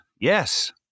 Yes